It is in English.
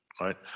right